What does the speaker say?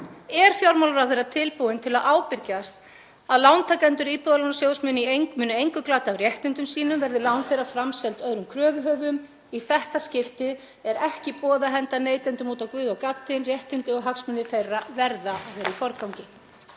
Er fjármálaráðherra tilbúinn til að ábyrgjast að lántakendur Íbúðalánasjóðs muni í engu glata réttindum sínum verði lán þeirra framseld öðrum kröfuhöfum? Í þetta skipti er ekki í boði að henda neytendum út á guð og gaddinn. Réttindi og hagsmunir þeirra verða að vera í forgangi.